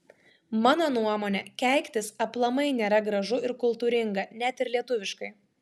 mano nuomone keiktis aplamai nėra gražu ir kultūringa net ir lietuviškai